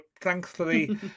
thankfully